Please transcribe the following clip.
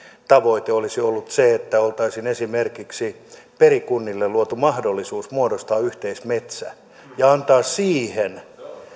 tavoite olisi ollut se että oltaisiin esimerkiksi perikunnille luotu mahdollisuus muodostaa yhteismetsä ja antaa siihen